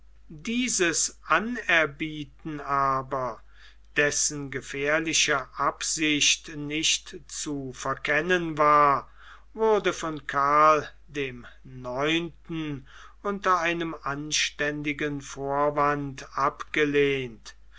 dieses anerbieten aber dessen gefährliche absicht nicht zu verkennen war wurde von karln dem neunten unter einem anständigen vorwand abgelehnt